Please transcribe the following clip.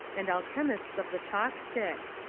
and alchemists of the chalk stick?